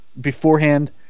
beforehand